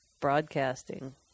broadcasting